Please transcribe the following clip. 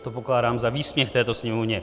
To pokládám za výsměch této Sněmovně.